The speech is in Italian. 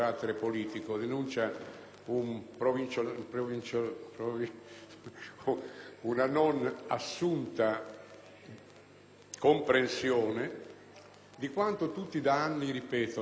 una non assunta comprensione di quanto tutti da anni ripetono: la globalizzazione, l'importanza internazionale,